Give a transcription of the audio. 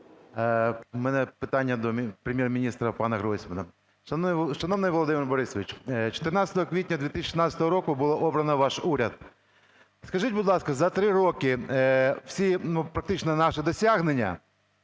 У мене питання до Прем'єр-міністра пана Гройсмана. Шановний Володимир Борисович, 14 квітня 2016 року було обрано ваш уряд. Скажіть, будь ласка, за 3 роки всі, ну, практично наші досягнення